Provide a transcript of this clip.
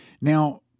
Now